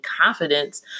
confidence